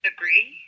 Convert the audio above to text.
Agree